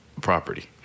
property